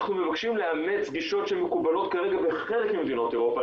אנחנו מבקשים לאמץ גישות שמקובלות כרגע בחלק ממדינות אירופה,